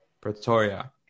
Pretoria